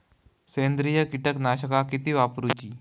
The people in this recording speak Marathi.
सेंद्रिय कीटकनाशका किती वापरूची?